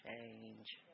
change